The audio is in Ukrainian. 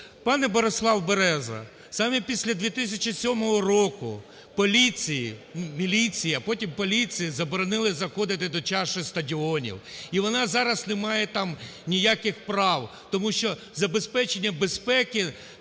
Пане Борислав Береза, саме після 2007 року поліції… міліції, а потім поліції заборонили заходити до чаші стадіонів, і вона зараз там не має ніяких прав. Тому що забезпечення безпеки